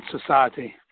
society